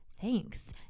Thanks